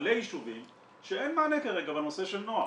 מלא ישובים שאין מענה כרגע בנושא של נוער.